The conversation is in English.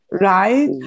right